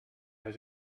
had